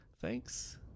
thanks